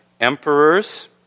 emperors